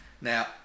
Now